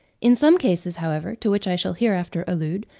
in some cases, however, to which i shall hereafter allude,